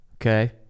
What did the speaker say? Okay